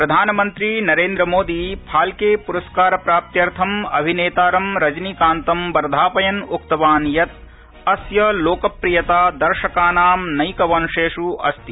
प्रधानमन्त्री नरेन्द्र मोदी फाल्के प्रस्कार प्राप्त्यर्थम् अभिनेतार रजनीकान्त वर्धापयन् उक्तवान् यत् अस्य लोकप्रियता दर्शकाना नैकवंशेष् अस्ति